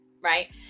right